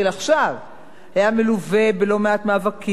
היה מלווה בלא-מעט מאבקים והתנגדויות,